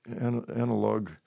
analog